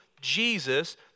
Jesus